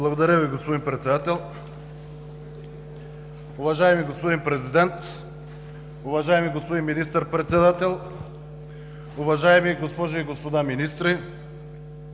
Благодаря, господин Председател. Уважаеми господин Президент, уважаеми господин Министър-председател, уважаеми госпожи и господа министри,